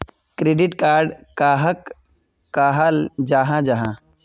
Credit card कहाक कहाल जाहा जाहा?